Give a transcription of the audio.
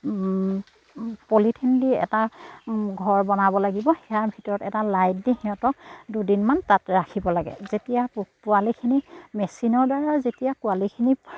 polythene দি এটা ঘৰ বনাব লাগিব ইয়াৰ ভিতৰত এটা লাইট দি সিহঁতক দুদিনমান তাত ৰাখিব লাগে যেতিয়া পোৱালিখিনি মেচিনৰদ্বাৰা যেতিয়া পোৱালিখিনি